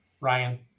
Ryan